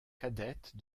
cadette